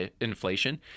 inflation